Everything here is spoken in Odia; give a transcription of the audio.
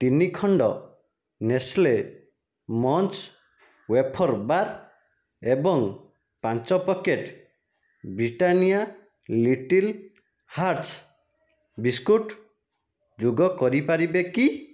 ତିନି ଖଣ୍ଡ ନେସ୍ଲେ ମଞ୍ଚ୍ ୱେଫଲ୍ ବାର୍ ଏବଂ ପାଞ୍ଚ packet Britannia Little Hearts biscuit ଯୋଗ କରିପାରିବେ କି